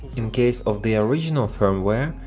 in case of the original firmware,